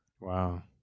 Wow